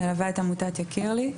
מלווה את עמותת "יקיר לי".